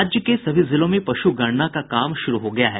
राज्य के सभी जिलों में पश् गणना का काम शुरू हो गया है